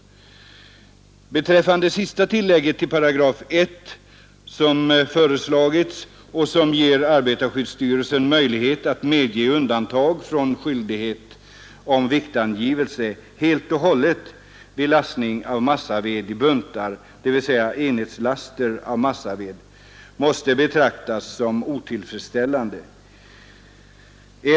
Det sista tillägg till I § som föreslagits och som ger arbetarskyddsstyrelsen möjlighet att medge undantag från skyldighet om viktangivelse helt och hållet vid lastning av massaved i buntar, dvs. enhetslaster av massaved, måste betraktas som otillfredsställande.